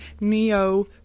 neo-